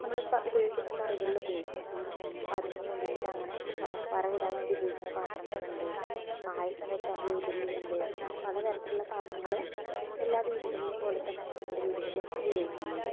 നമ്മള് ഉപയോഗിക്കുന്ന കറികളില് ഉപയോഗിക്കും അപ്പം അതിന് വേണ്ടിയിട്ടങ്ങനെ വറ വറവിടാൻ വേണ്ടി ഉപയോഗിക്കുന്ന പാത്രങ്ങളുണ്ട് പായസം വെക്കാനുള്ള ഉരുളി ഉണ്ട് അങ്ങനെ പല തരത്തിലുള്ള പാത്രങ്ങള് എല്ലാ വീടുകളിലേയും പോലെ തന്നെ നമ്മുടെ വീടുകളിലും ഉപയോഗിക്കുന്നുണ്ട്